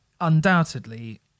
undoubtedly